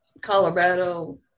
Colorado